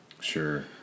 Sure